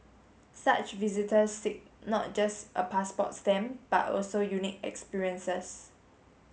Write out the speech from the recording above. such visitors seek not just a passport stamp but also unique experiences